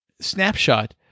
snapshot